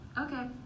Okay